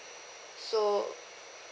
so